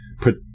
put